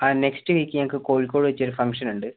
ആ next week ഞങ്ങൾക്ക് കോഴിക്കോട് വെച്ചൊരു ഫങ്ക്ഷൻ ഉണ്ട്